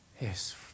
Yes